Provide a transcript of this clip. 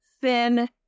thin